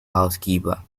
housekeeper